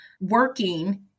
working